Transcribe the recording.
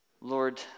Lord